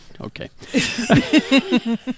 Okay